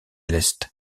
l’est